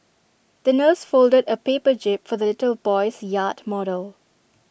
the nurse folded A paper jib for the little boy's yacht model